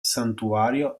santuario